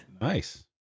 Nice